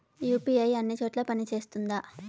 UPI అన్ని చోట్ల పని సేస్తుందా?